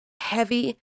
heavy